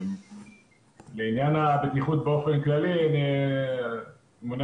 לעניין הבטיחות באופן כללי אני מעוניין